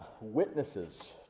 witnesses